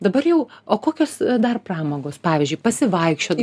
dabar jau o kokios dar pramogos pavyzdžiui pasivaikščiot